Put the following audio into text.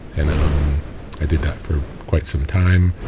and um i did that for quite some time.